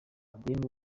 adeline